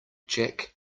jack